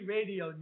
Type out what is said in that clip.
Radio